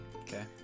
Okay